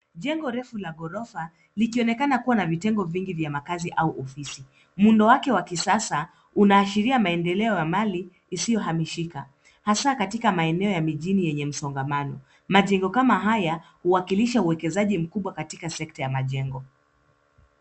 Jengo refu la ghorofa likionekana kuwa na vitengo vingi vya makazi au ofisi. Muundo wake wa kisasa unaashiria maendeleo ya mali isiyohamishika hasa katika maeneo ya mjini yenye msongamano. Majengo kama haya huwakilisha uwekezaji mkubwa katika sekta ya majengo.